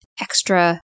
extra